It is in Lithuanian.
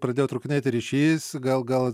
pradėjo trūkinėti ryšys gal gal